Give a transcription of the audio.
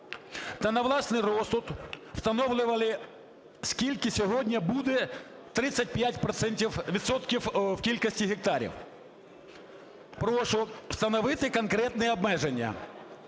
та на власний розсуд встановлювали, скільки сьогодні буде 35 відсотків в кількості гектарів. Прошу встановити конкретні обмеження.